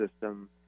system